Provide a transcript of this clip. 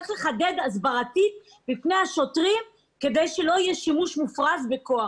צריך לחדד את ההוראות לשוטרים כדי שלא יהיה שימוש מופרז בכוח.